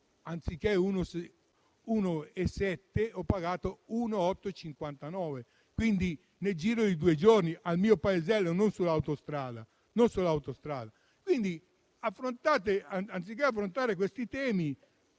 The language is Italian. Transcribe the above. anziché 1,7 euro, ho pagato 1,859 euro, nel giro di due giorni, al mio paesello, non sull'autostrada. Quindi, anziché affrontare questi temi,